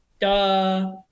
duh